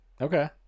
Okay